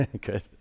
Good